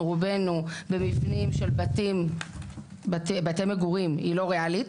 רובנו במבנים של בתי מגורים היא לא ריאלית,